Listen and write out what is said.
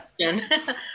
question